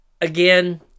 again